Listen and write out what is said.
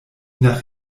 nach